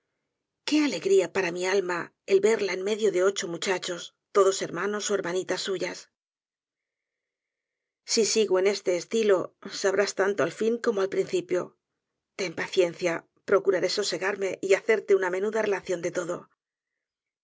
qué alegría para mi alma el verla en medio de ocho muchachos todos hermanos ó hermanitas suyas si sigo en este estilo sabrás tanto al fin como al principio ten paciencia procuraré sosegarme y hacerte una menuda relación de fodo